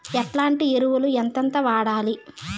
ఎట్లాంటి ఎరువులు ఎంతెంత వాడాలి?